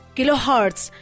Kilohertz